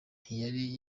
ntiyari